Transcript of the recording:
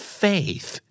faith